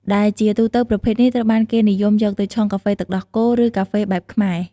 ដែលជាទូទៅ ប្រភេទនេះត្រូវបានគេនិយមយកទៅឆុងកាហ្វេទឹកដោះគោ ឬកាហ្វេបែបខ្មែរ។